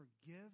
forgive